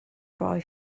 buy